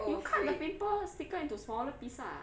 you cut the pimple sticker into smaller piece ah